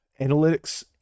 analytics